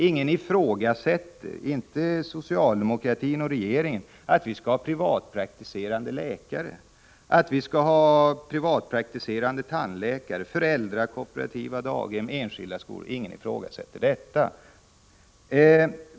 Ingen ifrågasätter, i varje fall inte socialdemokratin och regeringen, dagens privatpraktiserande läkare, privatpraktiserande tandläkare, föräldrakooperativa daghem och enskilda skolor.